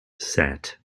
set